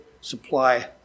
supply